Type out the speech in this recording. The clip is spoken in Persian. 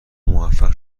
موفق